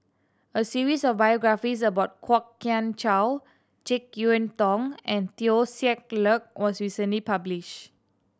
a series of biographies about Kwok Kian Chow Jek Yeun Thong and Teo Ser Luck was recently publish